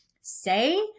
say